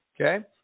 okay